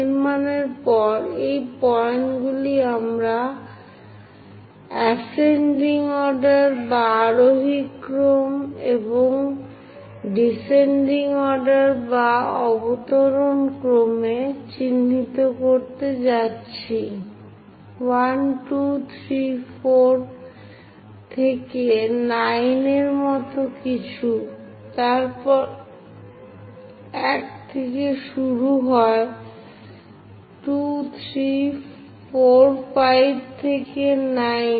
নির্মাণের পর এই পয়েন্টগুলি আমরা আরোহী ক্রম এবং অবতরণ ক্রমে চিহ্নিত করতে যাচ্ছি 1 2 3 4 থেকে 9 এর মত কিছু তারপর 1 শুরু হয় 2 3 4 5 থেকে 9